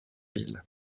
ville